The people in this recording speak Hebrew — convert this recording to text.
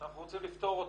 שאנחנו רוצים לפתור אותן.